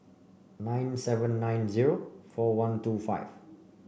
nine seven nine zero four one two five